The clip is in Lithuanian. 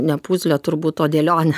ne puzlę turbūt o dėlionę